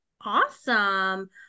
Awesome